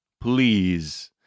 please